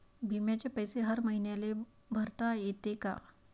बिम्याचे पैसे हर मईन्याले भरता येते का?